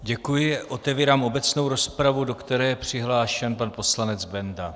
Děkuji a otevírám obecnou rozpravu, do které je přihlášen pan poslanec Benda.